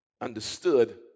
understood